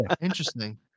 Interesting